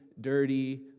dirty